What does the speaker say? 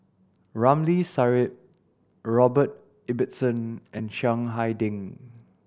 Ramli Sarip Robert Ibbetson and Chiang Hai Ding